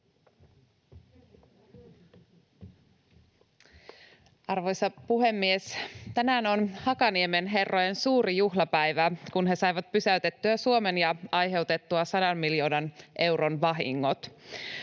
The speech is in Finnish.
Arvoisa puhemies! Tänään on Hakaniemen herrojen suuri juhlapäivä, kun he saivat pysäytettyä Suomen ja aiheutettua 100 miljoonan euron vahingot.